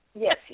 Yes